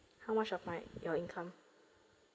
how much of my your income